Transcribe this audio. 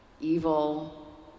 evil